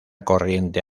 corriente